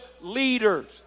leaders